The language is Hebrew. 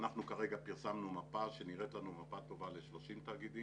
אנחנו כרגע פרסמנו מפה שנראית לנו מפה טובה ל-30 תאגידים.